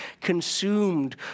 consumed